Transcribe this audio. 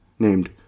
named